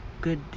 good